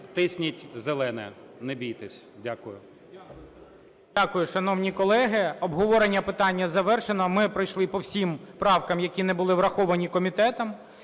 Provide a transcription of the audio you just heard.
Тисніть зелене! Не бійтесь! Дякую. ГОЛОВУЮЧИЙ. Дякую. Шановні колеги, обговорення питання завершене. Ми пройшли по всім правкам, які не були враховані комітетом.